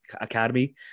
Academy